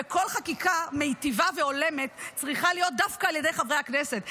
וכל חקיקה מיטיבה והולמת צריכה להיות דווקא על ידי חברי הכנסת.